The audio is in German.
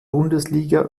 bundesliga